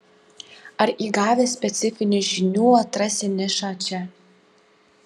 ar įgavęs specifinių žinių atrasi nišą čia